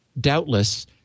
doubtless